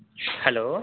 hello